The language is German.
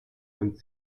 und